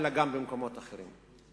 אלא גם במקומות אחרים.